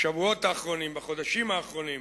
בשבועות האחרונים, בחודשים האחרונים,